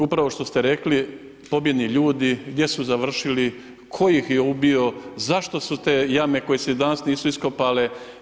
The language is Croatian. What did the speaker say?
Upravo što ste rekli pobijeni ljudi gdje su završili, tko ih je ubio, zašto su te jame koje se i danas nisu iskopale.